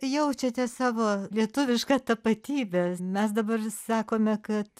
jaučiate savo lietuvišką tapatybę mes dabar sakome kad